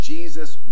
Jesus